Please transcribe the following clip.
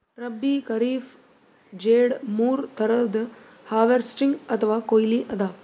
ರಬ್ಬೀ, ಖರೀಫ್, ಝೆಡ್ ಮೂರ್ ಥರದ್ ಹಾರ್ವೆಸ್ಟಿಂಗ್ ಅಥವಾ ಕೊಯ್ಲಿ ಅದಾವ